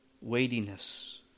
weightiness